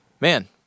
man